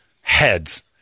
heads